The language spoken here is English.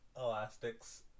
elastics